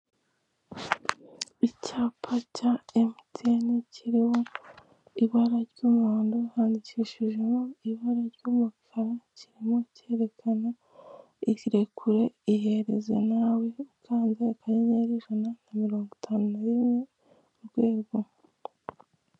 Icyapa cya emutiyene kirimo ibara ry'umuhondo, handikishijemo ibara ry'umukara, kirimo kirerekana irekure, ihereze nawe ukanze akanyenyeri ijana na mirongo itanu na rimwe urwego.